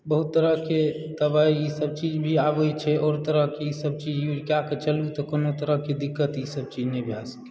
बहुत तरहकेँ दबाइ ईसभ चीज भी आबैत छै आओर तरहकेँ ईसभ यूज कएकऽ चलु तऽ कोनो तरहकेँ दिक्कत ईसभ चीज नहि भए सकयए